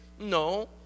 no